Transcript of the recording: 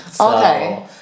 Okay